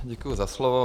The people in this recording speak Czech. Děkuji za slovo.